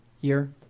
Year